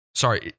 sorry